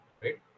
right